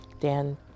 Dan